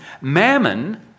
mammon